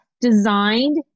designed